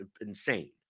insane